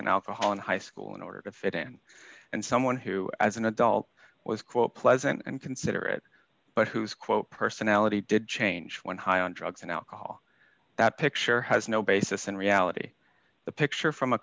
and alcohol in high school in order to fit in and someone who as an adult was quote pleasant and considerate but whose quote personality did change when high on drugs and alcohol that picture has no basis in reality the picture from a